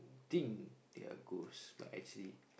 think they are ghost but actually